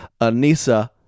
anissa